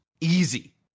Easy